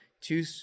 two